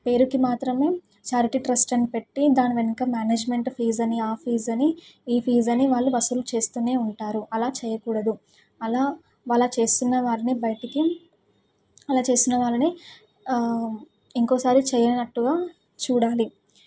పేరుకి మాత్రము charity trust అని పెట్టి దాని వెనక మేనేజ్మెంట్ ఫీజని ఆ ఫీజని ఈ ఫీజని వాళ్ళు వసూలు చేస్తూనే ఉంటారు అలా చేయకూడదు అలా వాళ్ళు చేస్తున్న వారిని బయటికి అలా చేస్తున్న వాళ్ళని ఇంకోసారి చేయనట్టుగా చూడాలి